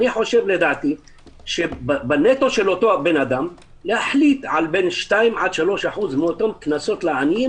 אני חושב שבנטו של אותו אדם להחליט על בין 2 ל-3% בקנסות לעניים